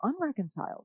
unreconciled